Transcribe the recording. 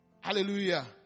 Hallelujah